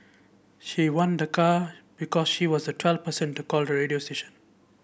she won the car because she was the twelfth person to call the radio station